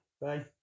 Bye